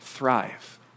thrive